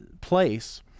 place